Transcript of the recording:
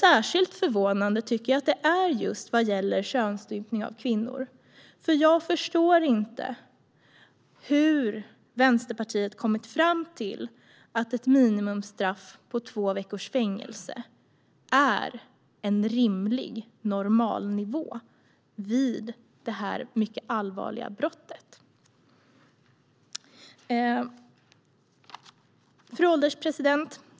Särskilt förvånande tycker jag att det är när det gäller just könsstympning av kvinnor. Jag förstår nämligen inte hur Vänsterpartiet har kommit fram till att ett minimistraff på två veckors fängelse är en rimlig normalnivå för detta mycket allvarliga brott. Fru ålderspresident!